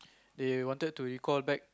they wanted to recall back